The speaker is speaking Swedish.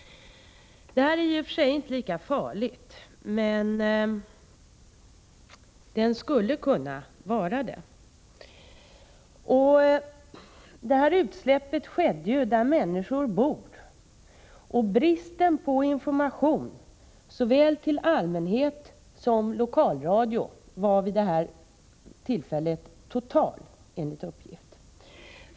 Den här typen är i och för sig inte lika farlig som den andra, men den skulle kunna vara det — utsläppet skedde ju där människor bor. Bristen på information såväl till allmänhet som till lokalradio var i det aktuella tillfället total, enligt uppgift.